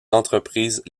entreprises